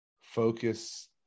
focus